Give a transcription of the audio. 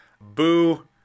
boo